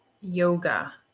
yoga